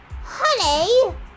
Honey